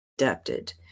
adapted